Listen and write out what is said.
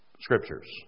scriptures